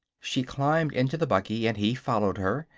she climbed into the buggy and he followed her.